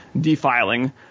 defiling